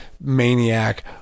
maniac